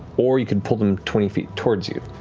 or you can pull them twenty feet towards you.